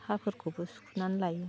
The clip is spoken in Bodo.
हाफोरखौबो सुख'नानै लायो